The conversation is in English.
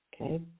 Okay